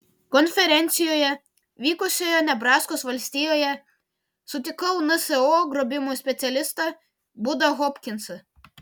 konferencijoje vykusioje nebraskos valstijoje sutikau nso grobimų specialistą budą hopkinsą